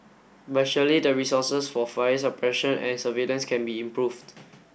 but surely the resources for fire suppression and surveillance can be improved